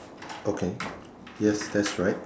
okay yes that's right